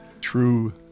true